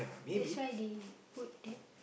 that's why they put that